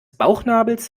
bauchnabels